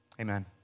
Amen